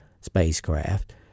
spacecraft